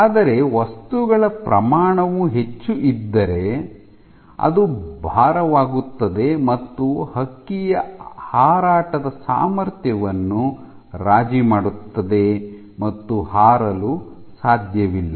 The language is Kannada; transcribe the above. ಆದರೆ ವಸ್ತುಗಳ ಪ್ರಮಾಣವು ಹೆಚ್ಚು ಇದ್ದರೆ ಅದು ಭಾರವಾಗುತ್ತದೆ ಮತ್ತು ಹಕ್ಕಿಯ ಹಾರಾಟದ ಸಾಮರ್ಥ್ಯವನ್ನು ರಾಜಿ ಮಾಡುತ್ತದೆ ಮತ್ತು ಹಾರಲು ಸಾಧ್ಯವಿಲ್ಲ